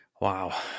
Wow